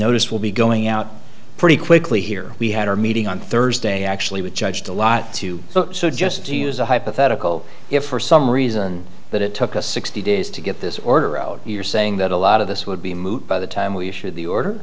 notice will be going out pretty quickly here we had our meeting on thursday actually was judged a lot too so just to use a hypothetical if for some reason that it took us sixty days to get this order you're saying that a lot of this would be moot by the time we issued the order